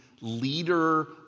leader